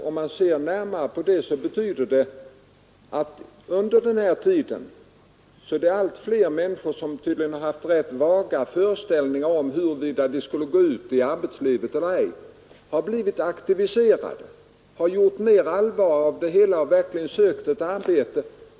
Om man ser närmare på det finner man att under denna tid är det allt fler människor, som tidigare haft rätt vaga föreställningar om huruvida de skulle gå ut i arbetslivet eller ej, som blivit aktiverade, gjort allvar av sina önskningar och verkligen sökt arbete.